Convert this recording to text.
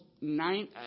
nine